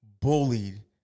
bullied